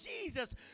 Jesus